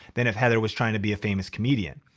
than if heather was trying to be a famous comedian.